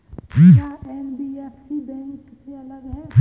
क्या NBFC bank से अलग है?